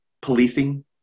policing